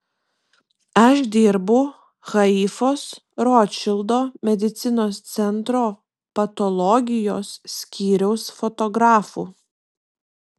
aš dirbu haifos rotšildo medicinos centro patologijos skyriaus fotografu